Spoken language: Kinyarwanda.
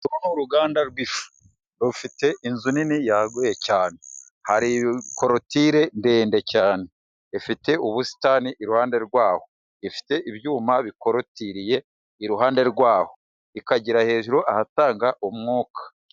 Uruganda rw'ifu rufite inzu nini yaguye cyane hari korotire ndende cyane ifite ubusitani iruhande rwawo. Ifite ibyuma bikorotiriye iruhande rwawo ikagera hejuru ahatanga umwuka.